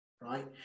right